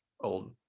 old